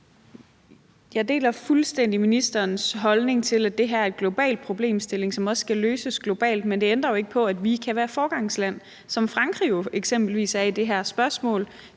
Jeg deler fuldstændig ministerens holdning til, at det her er en global problemstilling, som også skal løses globalt, men det ændrer jo ikke på, at vi kan være et foregangsland, som Frankrig jo eksempelvis er i det her spørgsmål.